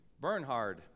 Bernhard